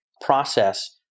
process